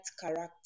character